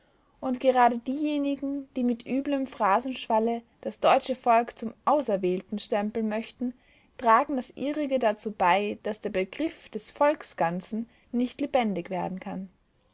und gerade diejenigen die mit üblem phrasenschwalle das deutsche volk zum auserwählten stempeln möchten tragen das ihrige dazu bei daß der begriff des volksganzen nicht lebendig werden kann